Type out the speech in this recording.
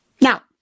Now